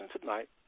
tonight